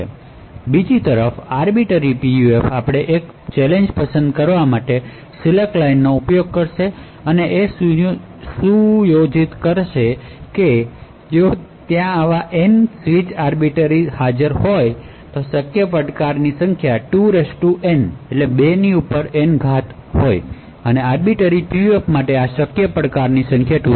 બીજી તરફ આર્બિટર PUFમાં આપણે એક ચેલેંજ પસંદ કરવા માટે સિલેક્ટ લાઇનનો ઉપયોગ કરીએ છીએ અને જો ત્યાં N આવી સ્વીચ આર્બિટર સ્વીચ છે તો શક્ય ચેલેંજ ની સંખ્યા 2N છે આર્બિટર PUF માટે આ માટેના શક્ય ચેલેંજ ની સંખ્યા 2N છે